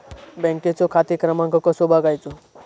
बँकेचो खाते क्रमांक कसो बगायचो?